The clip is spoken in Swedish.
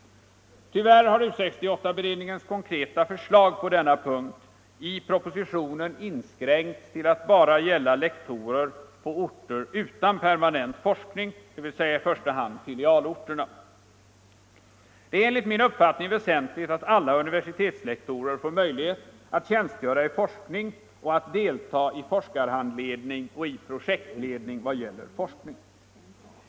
Tyvärr har U 68-beredningens konkreta förslag på denna punkt i pro positionen inskränkts till att bara gälla lektorer på orter utan permanent forskning, dvs. främst filialorterna. Det är enligt min uppfattning väsentligt att alla universitetslektorer får möjlighet att tjänstgöra i forskning och att deltaga i forskarhandledning och i projektledning av forskning.